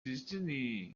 destiny